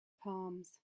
palms